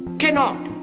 cannot,